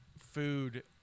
food